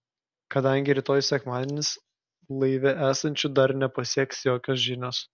kadangi rytoj sekmadienis laive esančių dar nepasieks jokios žinios